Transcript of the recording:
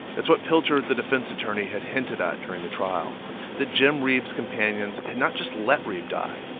it's what pilcher, the defense attorney, had hinted at during the trial that jim reeb's companions had not just let reeb die,